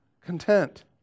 content